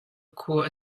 khua